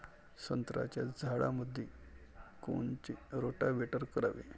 संत्र्याच्या झाडामंदी कोनचे रोटावेटर करावे?